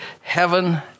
heaven